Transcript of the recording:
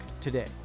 today